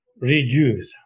reduce